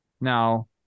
Now